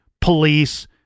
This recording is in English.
police